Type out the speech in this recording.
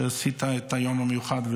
שעשית את היום המיוחד,